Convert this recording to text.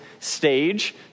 stage